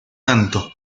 tanto